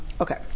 Okay